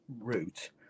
route